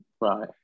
Right